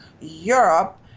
Europe